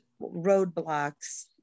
roadblocks